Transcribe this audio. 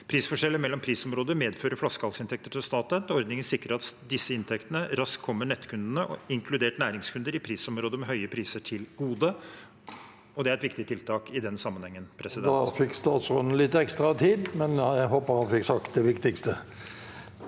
Prisforskjeller mellom prisområder medfører flaskehalsinntekter til Statnett, og ordningen sikrer at disse inntektene raskt kommer nettkundene, inkludert næringskunder, i prisområder med høye priser til gode. Det er et viktig tiltak i den sammenhengen. Presidenten